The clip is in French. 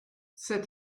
c’est